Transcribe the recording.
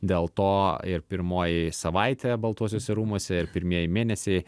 dėl to ir pirmoji savaitė baltuosiuose rūmuose ir pirmieji mėnesiai